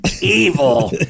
evil